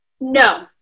No